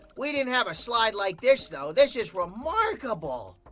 we didn't have a slide like this though. this is remarkable.